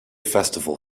festival